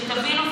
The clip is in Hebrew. שתבינו,